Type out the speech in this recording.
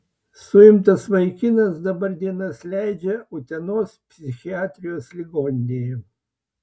suimtas vaikinas dabar dienas leidžia utenos psichiatrijos ligoninėje